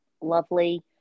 lovely